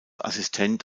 assistent